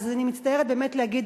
אז אני מצטערת באמת להגיד,